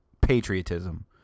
patriotism